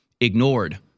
ignored